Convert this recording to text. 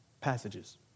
passages